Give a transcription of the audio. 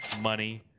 money